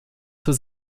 zur